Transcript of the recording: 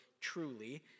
truly